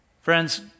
Friends